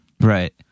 right